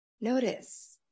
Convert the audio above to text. Notice